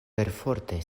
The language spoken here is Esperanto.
perforte